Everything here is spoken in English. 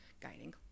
guiding